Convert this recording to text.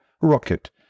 rocket